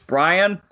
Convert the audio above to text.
Brian